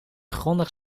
grondig